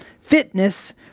fitness